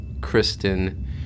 Kristen